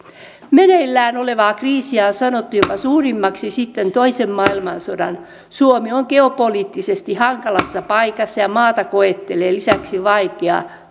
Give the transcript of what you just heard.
meneillään olevaa kriisiä on sanottu jopa suurimmaksi sitten toisen maailmansodan suomi on geopoliittisesti hankalassa paikassa ja maata koettelee lisäksi vaikea